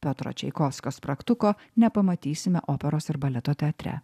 piotro čaikovskio spragtuko nepamatysime operos ir baleto teatre